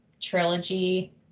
trilogy